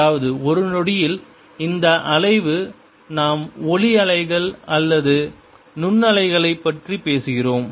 அதாவது ஒரு நொடியில் இந்த அலைவு நாம் ஒளி அலைகள் அல்லது நுண்ணலைகளைப் பற்றி பேசுகிறோம்